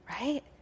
Right